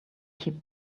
keep